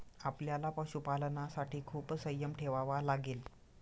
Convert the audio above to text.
आपल्याला पशुपालनासाठी खूप संयम ठेवावा लागेल